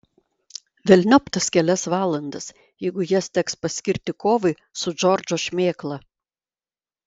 velniop tas kelias valandas jeigu jas teks paskirti kovai su džordžo šmėkla